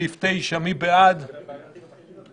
מי בעד הרביזיה ב-5?